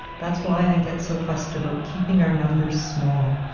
that's why i get so fast about keeping our numbers small.